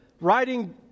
writing